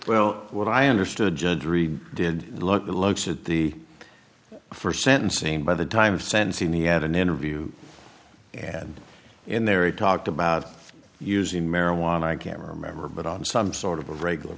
well what i understood judge read did look looks at the for sentencing by the time of sentencing he had an interview and in there it talked about using marijuana i can remember but on some sort of regular